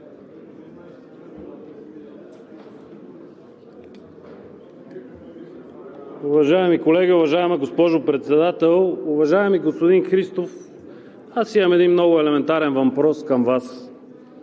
Уважаеми колеги, уважаема госпожо Председател! Уважаеми господин Христов, аз имам един много елементарен въпрос към Вас,